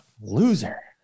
Loser